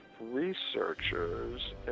Researchers